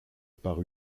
par